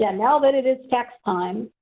yeah now that it is tax time,